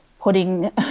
putting